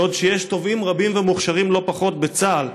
בעוד שיש תובעים רבים ומוכשרים לא פחות בצה"ל.